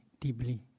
deeply